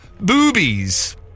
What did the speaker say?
Boobies